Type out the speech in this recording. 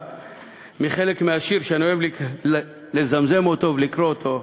לחלק מהשיר שאני אוהב לזמזם ולקרוא אותו: